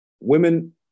women